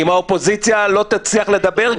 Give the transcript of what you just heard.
אם האופוזיציה לא תצליח לדבר,